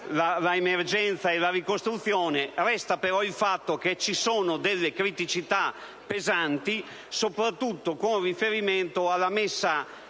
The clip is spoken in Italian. l'emergenza e la ricostruzione. Resta il fatto che ci sono delle criticità pesanti, soprattutto con riferimento alla messa